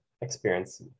experience